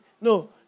No